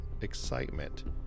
excitement